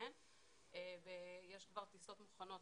ציין ויש כבר טיסות מוכנות,